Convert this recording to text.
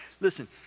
Listen